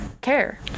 care